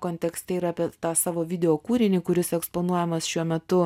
kontekste ir apie tą savo videokūrinį kuris eksponuojamas šiuo metu